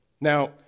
Now